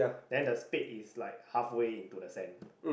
then the spade is like halfway into the sand